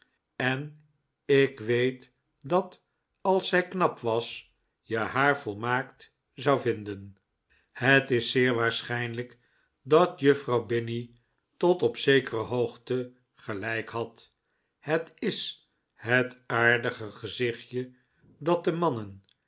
en ik weet dat als zij knap was je haar volmaakt zou vinden het is zeer waarschijnlijk dat juffrouw binny tot op zekere hoogte gelijk had het is het aardige gezichtje dat de mannen